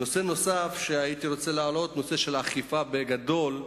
נושא נוסף שהייתי רוצה להעלות הוא נושא האכיפה בגדול,